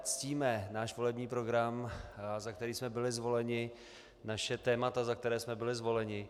Ctíme náš volební program, za který jsme byli zvoleni, naše témata, za která jsme byli zvoleni.